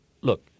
Look